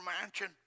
mansion